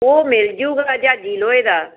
ਉਹ ਮਿਲ ਜਾਊਗਾ ਜਾਜੀ ਲੋਹੇ ਦਾ